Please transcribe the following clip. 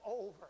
over